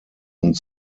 und